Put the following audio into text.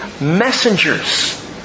messengers